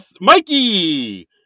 Mikey